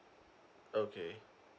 okay